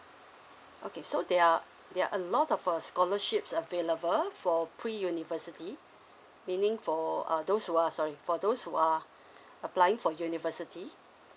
okay so there are there are a lot of uh scholarships available for pre university meaning for uh those who are sorry for those who are applying for university